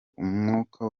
umwuka